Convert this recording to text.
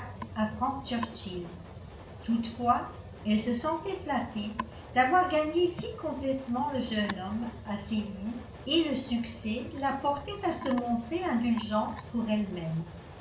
frank churchill toutefois elle se sentait flattée d'avoir gagné si complètement le jeune homme à ses vues et le succès la portait à se montrer indulgente pour elle-même